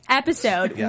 episode